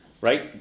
Right